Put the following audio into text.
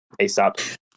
ASAP